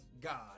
God